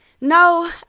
No